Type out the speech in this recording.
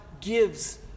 gives